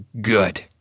good